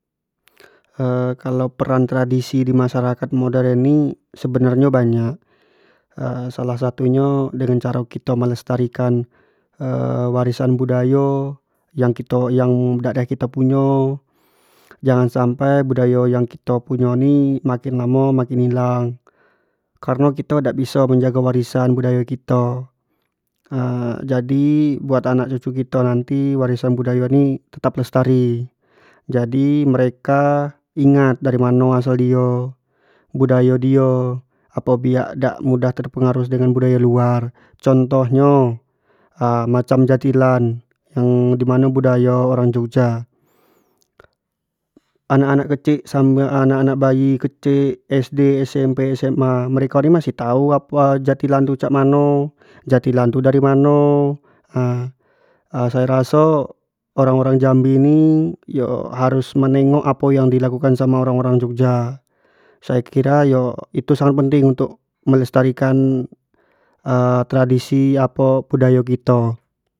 kalau peran tradisi di masyarakat modern ni sebenarnyo banyak salah satu nyo dengan caro kito melestarikan warisan budayo yang kito yang dak ado kito punyo, jangan sampai yang budayo yang kito punyo ni makin lamo makin hilang, kareno kito dak biso menjago warisan budayo kito jadi buat anak cucu kito nanti warisan budayo ni tetap lestari jadi mereka ingat dari mano asal dio, budayo dio, apo biak dak mudah terpengaruh samo budayo luar, contoh nyo macam jatilan yang mano budayo orang jogja, anak- anak kecik, anak- anak bayi kecik sd, smp, SMA mereko ni masih tau apo jatilan tu cak mano, jatilan tu dari mano sayo raso orang- orang jambi ni harus menengok samo apo yang dilakukan samo orang- orang jogja, saya kira itu ya sangat penting untuk menjaga tardisi po budayo kito.